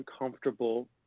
uncomfortable